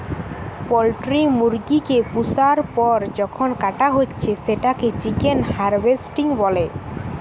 poultry মুরগি কে পুষার পর যখন কাটা হচ্ছে সেটাকে চিকেন হার্ভেস্টিং বলে